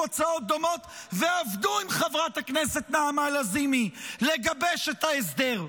הצעות דומות ועבדו עם חברת הכנסת נעמה לזימי לגבש את ההסדר.